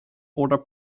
oder